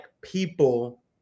people